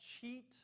cheat